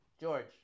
George